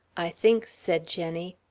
i think, said jenny,